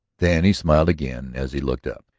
then he smiled again as he looked up.